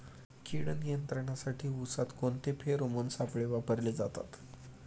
कीड नियंत्रणासाठी उसात कोणते फेरोमोन सापळे वापरले जातात?